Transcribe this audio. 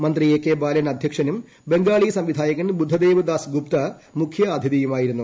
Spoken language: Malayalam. മന്ത്രി എ കെ ബാലൻ അധ്യക്ഷനും ബംഗാളി സംവിധായകൻ ബുദ്ധദേവ് ദാസ് ഗുപ്ത മുഖ്യ അതിഥിയും ആയിരുന്നു